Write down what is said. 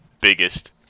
biggest